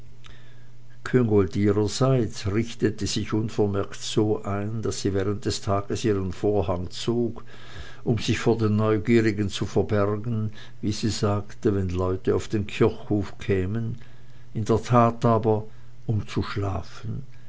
richtete sich unvermerkt so ein daß sie während des tages ihren vorhang zog um sich vor den neugierigen zu verbergen wie sie sagte wenn leute auf den kirchhof kämen in der tat aber um zu schlafen